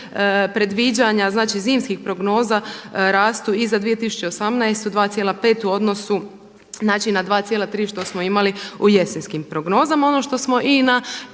predviđanja, znači zimskih prognoza rastu i za 2018. 2,5 u odnosu znači na 2,3 što smo imali u jesenskim prognozama. Ono što smo i na